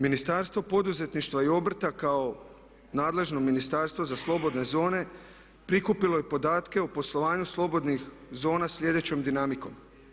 Ministarstvo poduzetništva i obrta kao nadležno ministarstvo za slobodne zone prikupilo je podatke o poslovanju slobodnih zona sljedećom dinamikom.